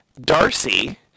Darcy